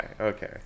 okay